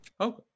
Okay